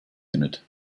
unit